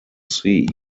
sea